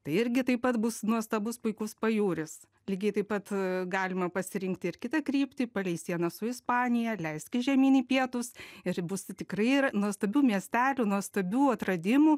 tai irgi taip pat bus nuostabus puikus pajūris lygiai taip pat galima pasirinkti ir kitą kryptį palei sieną su ispanija leiskis žemyn į pietus ir bus tikrai nuostabių miestelių nuostabių atradimų